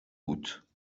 بود